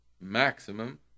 maximum